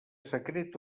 secret